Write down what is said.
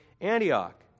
Antioch